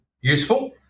useful